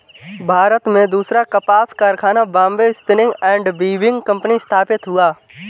भारत में दूसरा कपास कारखाना Bombay spinning and weaving company स्थापित हुआ